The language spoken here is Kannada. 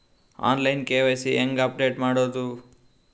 ಆನ್ ಲೈನ್ ಕೆ.ವೈ.ಸಿ ಹೇಂಗ ಅಪಡೆಟ ಮಾಡೋದು?